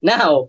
Now